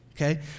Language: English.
okay